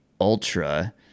ultra